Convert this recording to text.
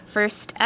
First